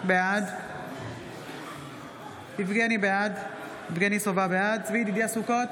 בעד יבגני סובה, בעד צבי ידידיה סוכות,